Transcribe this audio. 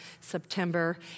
September